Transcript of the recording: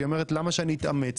היא אומרת: למה שאני אתאמץ?